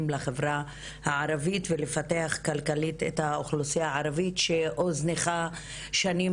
לחברה הערבית ולפתח כלכלית את האוכלוסיה הערבית שהוזנחה שנים